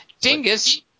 Dingus